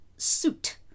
suit